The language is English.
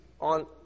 on